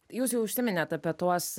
jūs jau užsiminėt apie tuos